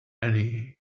annie